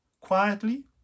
quietly